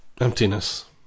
emptiness